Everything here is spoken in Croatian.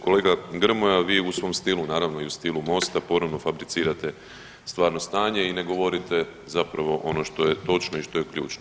Kolega Grmoja vi u svom stilu naravno i u stilu MOST-a ponovno fabricirate stvarno stanje i ne govorite zapravo ono što je točno i što je ključno.